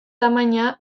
tamaina